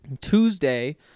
Tuesday